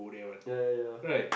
ya ya ya